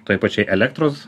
tai pačiai elektros